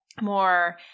more